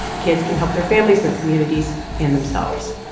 kids can help their families, their communities and themselves.